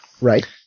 Right